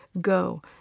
go